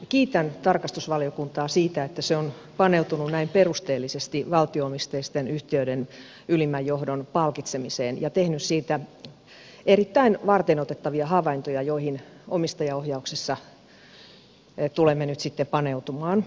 kiitän tarkastusvaliokuntaa siitä että se on paneutunut näin perusteellisesti valtio omisteisten yhtiöiden ylimmän johdon palkitsemiseen ja tehnyt siitä erittäin varteenotettavia havaintoja joihin omistajaohjauksessa tulemme nyt sitten paneutumaan